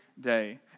day